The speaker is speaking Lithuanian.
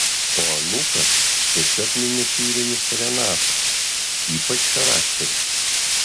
o anūkas tiesiog miniatiūrinis renato ypač charakteris